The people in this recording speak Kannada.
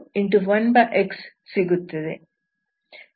ಹೇಗಿದ್ದರೂ ಇದು 0 ಆಗುತ್ತದೆ